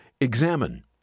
examine